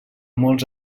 molts